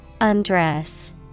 undress